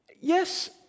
Yes